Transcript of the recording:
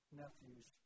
nephews